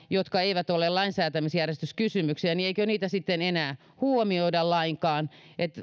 jotka eivät ole lainsäätämisjärjestyskysymyksiä niin eikö niitä sitten enää huomioida lainkaan